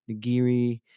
nigiri